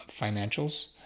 financials